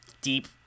deep